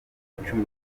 icumu